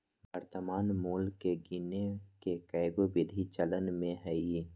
वर्तमान मोल के गीने के कएगो विधि चलन में हइ